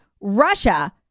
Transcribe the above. Russia